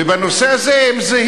ובנושא הזה הם זהים.